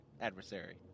adversary